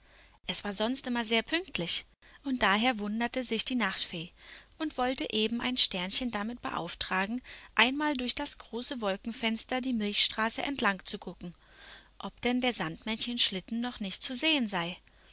es war sonst immer sehr pünktlich und daher wunderte sich die nachtfee und wollte eben ein sternchen damit beauftragen einmal durch das große wolkenfenster die milchstraße entlang zu gucken ob denn der sandmännchenschlitten noch nicht zu sehen sei